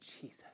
Jesus